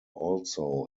also